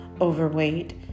overweight